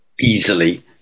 easily